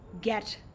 Get